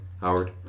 Howard